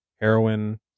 heroin